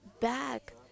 back